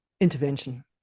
Intervention